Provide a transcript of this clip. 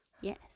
Yes